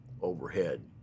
overhead